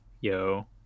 Yo